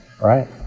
right